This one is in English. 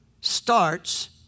starts